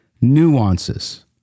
nuances